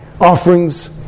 offerings